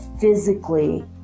physically